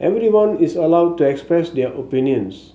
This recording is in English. everyone is allowed to express their opinions